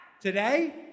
Today